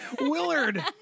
Willard